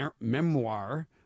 memoir